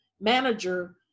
manager